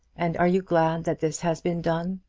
and are you glad that this has been done?